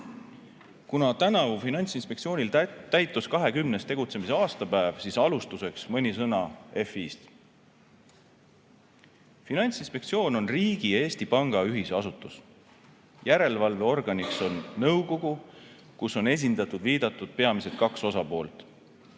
Kuna tänavu täitus Finantsinspektsioonil 20. tegutsemise aastapäev, siis alustuseks mõni sõna FI-st. Finantsinspektsioon on riigi ja Eesti Panga ühisasutus. FI järelevalveorganiks on nõukogu, kus on esindatud viidatud peamised kaks osapoolt.